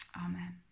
Amen